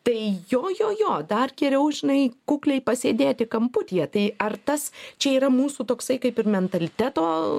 tai jo jo jo dar geriau žinai kukliai pasėdėti kamputyje tai ar tas čia yra mūsų toksai kaip ir mentaliteto